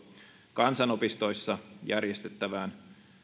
kansanopistoissa järjestettävään